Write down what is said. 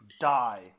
die